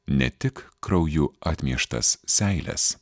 ne tik krauju atmieštas seiles